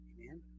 Amen